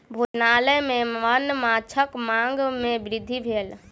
भोजनालय में वन्य माँछक मांग में वृद्धि भेल